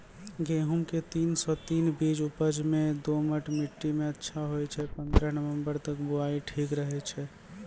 गेहूँम के तीन सौ तीन बीज उपज मे दोमट मिट्टी मे अच्छा होय छै, पन्द्रह नवंबर तक बुआई ठीक रहै छै